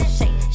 shake